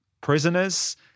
prisoners